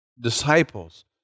disciples